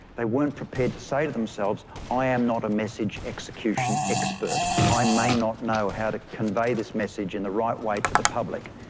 they weren't prepared to say to themselves i am not a message execution expert, i may not know how to convey this message in the right way to the public',